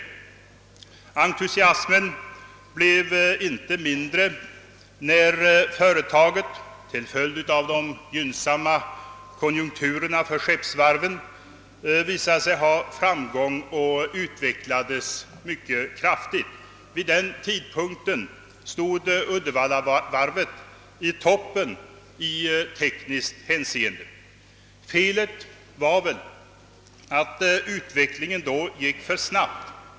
Entusiasmen blev inte mindre, när företaget till följd av de gynnsamma konjunkturerna för skeppsvarven visade sig ha framgång och utvecklades mycket kraftigt. Vid denna tidpunkt stod Uddevallavarvet på toppen i tekniskt hänseende. Felet var väl att utvecklingen då gick för snabbt.